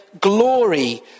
glory